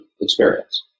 experience